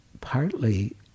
partly